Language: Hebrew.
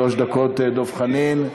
שלוש דקות, דב חנין.